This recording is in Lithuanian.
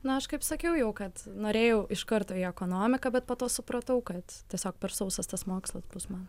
na aš kaip sakiau jau kad norėjau iš karto į ekonomiką bet po to supratau kad tiesiog per sausas tas mokslas bus man